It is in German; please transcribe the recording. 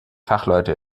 fachleute